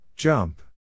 Jump